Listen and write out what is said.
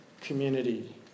community